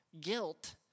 guilt